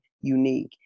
unique